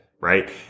right